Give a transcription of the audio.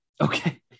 Okay